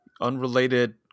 unrelated